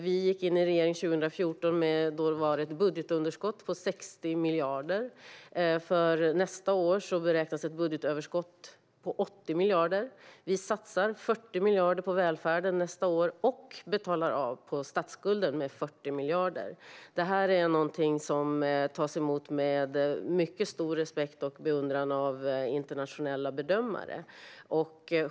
När vi bildade regering 2014 var budgetunderskottet 60 miljarder. För nästa år beräknas ett budgetöverskott på 80 miljarder - vi satsar 40 miljarder på välfärden och använder 40 miljarder till att betala av på statsskulden. Detta är någonting som tas emot med mycket stor respekt och beundran av internationella bedömare.